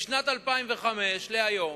משנת 2005 עד היום.